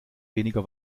weniger